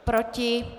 Proti?